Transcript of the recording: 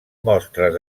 mostres